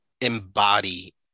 embody